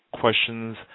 questions